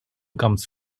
comes